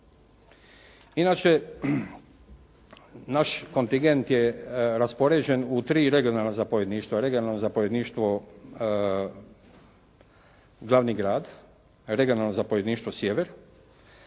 Inače, naš kontigent je raspoređen u tri regionalna zapovjedništva, regionalno zapovjedništvo glavni grad, regionalno zapovjedništvo sjever